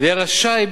ויהיה רשאי,